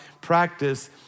practice